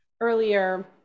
earlier